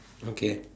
okay